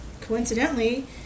coincidentally